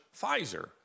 Pfizer